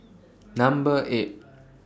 Number eight